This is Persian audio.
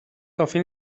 کافی